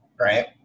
right